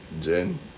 Jen